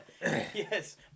Yes